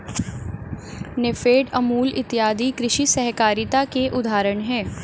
नेफेड, अमूल इत्यादि कृषि सहकारिता के उदाहरण हैं